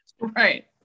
Right